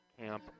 camp